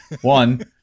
one